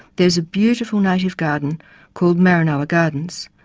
there is a beautiful native garden called maranoa gardens.